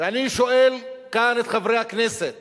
ואני שואל כאן את חברי הכנסת